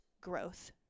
growth